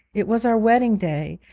it was our wedding-day,